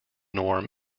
norm